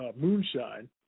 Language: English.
Moonshine